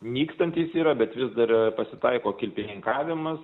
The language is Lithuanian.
nykstantys yra bet vis dar pasitaiko kilpininkavimas